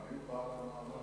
מי כתב את המאמר?